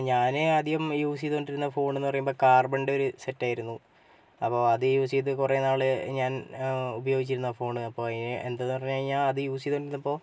ഞാൻ ആദ്യം യൂസ് ചെയ്തുകൊണ്ടിരുന്ന ഫോൺ എന്ന് പറയുമ്പോൾ കാർബണിന്റെ ഒരു സെറ്റ് ആയിരുന്നു അപ്പോൾ അത് യൂസ് ചെയ്ത് കുറേ നാൾ ഞാൻ ഉപയോഗിച്ചിരുന്നു ആ ഫോൺ അപ്പോൾ എന്താണെന്ന് പറഞ്ഞുകഴിഞ്ഞാൽ അത് യൂസ് ചെയ്തുകൊണ്ടിരുന്നപ്പോൾ